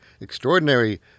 extraordinary